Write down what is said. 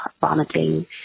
vomiting